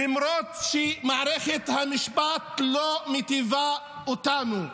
למרות שמערכת המשפט לא מיטיבה איתנו,